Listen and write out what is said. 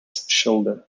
shoulder